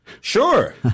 Sure